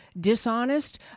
dishonest